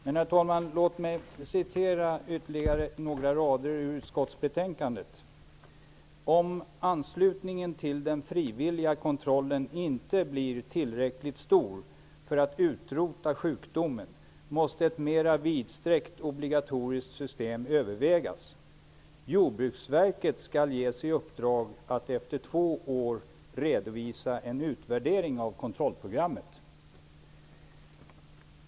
Men låt mig citera ytterligare några rader ur utskottsbetänkandet: ''Om anslutningen till den frivilliga kontrollen inte blir tillräckligt stor för att utrota sjukdomen måste ett mera vidsträckt obligatoriskt system övervägas. Jordbruksverket skall ges i uppdrag att efter två år redovisa en utvärdering av kontrollprogrammet.''